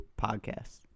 podcasts